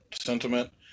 sentiment